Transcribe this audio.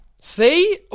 See